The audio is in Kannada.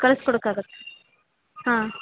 ಕಳ್ಸ್ಕೊಡಕಾಗತ್ತಾ ಹಾಂ